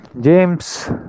James